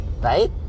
right